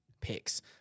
picks